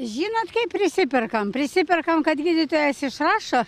žinot kaip prisiperkam prisiperkam kad gydytojas išrašo